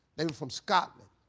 they were from scotland.